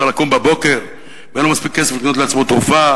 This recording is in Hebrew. שצריך לקום בבוקר ואין לו מספיק כסף לקנות לעצמו תרופה,